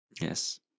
yes